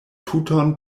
tuton